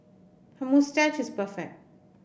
her moustache is perfect